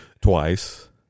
twice